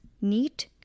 Neat